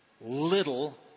little